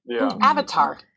Avatar